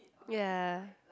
ya